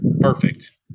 perfect